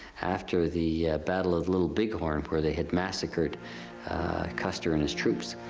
after the battle of little big horn, where they had massacred custer and his troops.